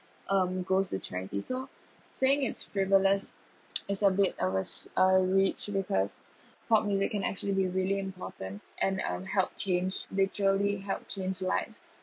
um goes to charity so saying its frivolous is a bit of a reach because pop music can actually be really important and um help change literally help change lives